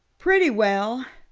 pretty well.